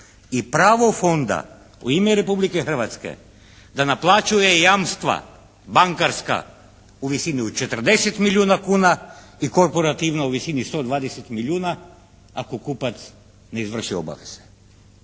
i pravo fonda u ime Republike Hrvatske da naplaćuje jamstva bankarska u visini od 40 milijuna kuna i korporativno u visini 120 milijuna, ako kupac ne izvrši obaveze.